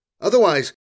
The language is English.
Otherwise